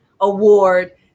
award